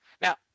Now